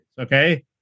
okay